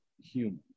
human